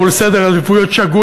אבל הוא סדר עדיפויות שגוי,